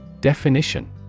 Definition